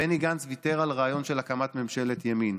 בני גנץ ויתר על הרעיון של הקמת ממשלת ימין.